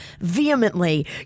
vehemently